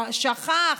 שכח.